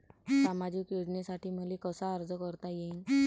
सामाजिक योजनेसाठी मले कसा अर्ज करता येईन?